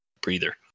breather